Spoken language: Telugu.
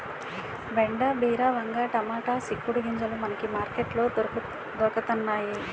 బెండ బీర వంగ టమాటా సిక్కుడు గింజలు మనకి మార్కెట్ లో దొరకతన్నేయి